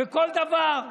בכל דבר.